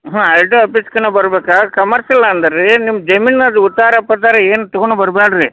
ಹಾಂ R T O ಆಪೀಸ್ಗೇನ ಬರ್ಬೇಕು ಕಮರ್ಷಿಯಲ್ ಅಂದರೆ ರೀ ನಿಮ್ಮ ಜಮೀನದು ಉತ್ತಾರ ಪತ್ತಾರ ಏನು ತೊಗೊಂಡು ಬರ್ಬ್ಯಾಡ್ರಿ